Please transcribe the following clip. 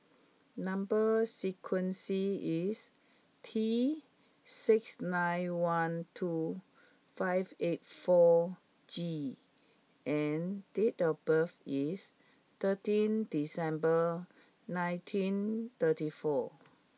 number sequence is T six nine one two five eight four G and date of birth is thirteen December nineteen thirty four